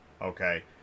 okay